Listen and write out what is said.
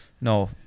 No